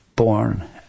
Born